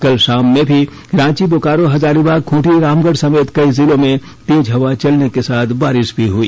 कल शाम में भी रांची बोकारो हजारीबाग खूंटी रामगढ़ समेत कई जिलों में तेज हवा चलने के साथ बारिश भी हुई